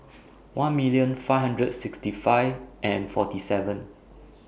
one million five hundred sixty five and forty seven